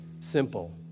simple